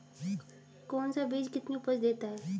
कौन सा बीज कितनी उपज देता है?